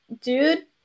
dude